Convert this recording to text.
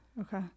Okay